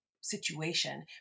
situation